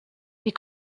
die